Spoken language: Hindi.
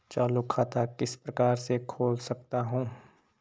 चालू खाता किस प्रकार से खोल सकता हूँ?